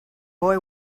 boy